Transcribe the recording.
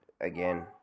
again